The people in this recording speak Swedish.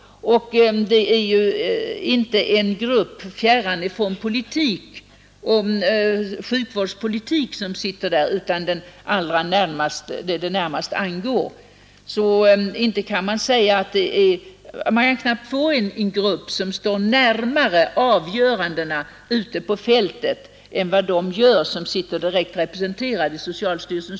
Det är inte en grupp fjärran från sjukvårdspolitiken utan det är dem det allra närmast angår. Ingen står närmare avgörandena ute på fältet än vad de gör som sitter i socialstyrelsen.